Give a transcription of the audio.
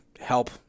help